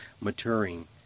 maturing